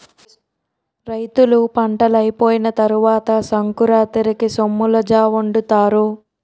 రైతులు పంటలైపోయిన తరవాత సంకురాతిరికి సొమ్మలజావొండుతారు